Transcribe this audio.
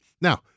Now